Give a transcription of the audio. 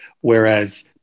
Whereas